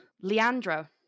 Leandro